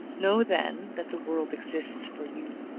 know then, that the world exists for you.